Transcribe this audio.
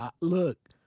Look